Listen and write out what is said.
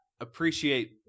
appreciate